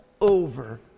over